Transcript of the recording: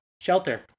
shelter